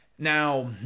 Now